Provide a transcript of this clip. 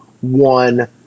one